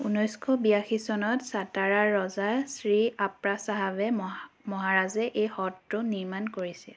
ঊনৈছশ বিয়াশী চনত চাতাৰাৰ ৰজা শ্ৰী আপ্পা চাহাবে মহা মহাৰাজে এই হ্ৰদটো নিৰ্মাণ কৰিছিল